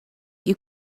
you